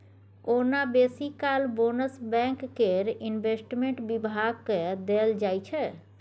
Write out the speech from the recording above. ओना बेसी काल बोनस बैंक केर इंवेस्टमेंट बिभाग केँ देल जाइ छै